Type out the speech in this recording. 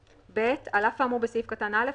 (ב) על אף האמור בסעיף קטן (א),